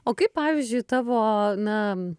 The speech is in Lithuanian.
o kaip pavyzdžiui tavo na